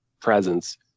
presence